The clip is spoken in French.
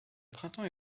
printemps